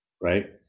right